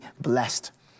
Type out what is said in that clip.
blessed